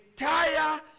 entire